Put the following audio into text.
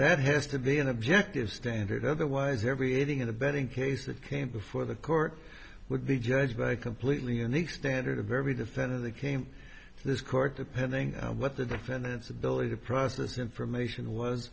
that has to be an objective standard otherwise every aiding and abetting case that came before the court would be judged by completely and the standard of every defendant they came to this court depending on what the defendant's ability to process information was